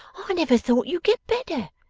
i never thought you'd get better.